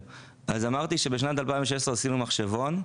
בשנת2016 עשינו מחשבון,